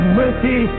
mercy